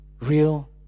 real